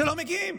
ולא מגיעים.